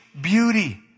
beauty